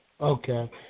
Okay